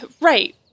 right